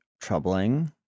troubling